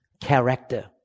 character